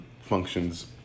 functions